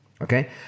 Okay